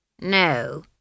No